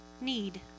need